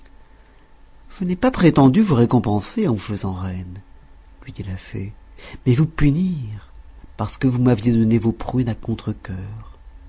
je n'ai pas prétendu vous récompenser en vous faisant reine lui dit la fée mais vous punir parce que vous m'aviez donné vos prunes à contrecœur